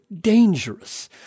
dangerous